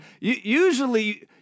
Usually